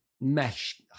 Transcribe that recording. mesh